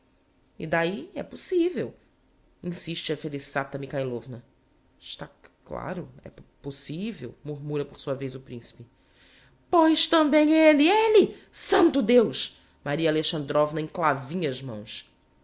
e d'ahi é possivel insiste a felissata mikhailovna está c claro é po pos possivel murmura por sua vez o principe pois tambem elle elle santo deus maria alexandrovna enclavinha as mãos